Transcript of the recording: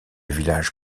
village